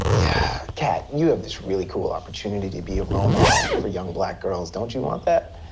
yeah. kat, you have this really cool opportunity to be a role model for young black girls. don't you want that?